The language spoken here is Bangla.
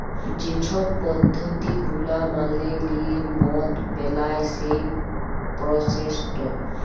যে ছব পদ্ধতি গুলা মালে লিঁয়ে মদ বেলায় সেই পরসেসট